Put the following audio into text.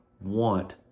want